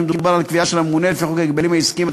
מדובר על קביעה של הממונה לפי חוק ההגבלים העסקיים,